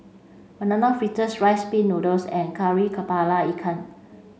banana fritters rice pin noodles and Kari Kepala Ikan